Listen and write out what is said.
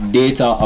data